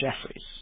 Jeffries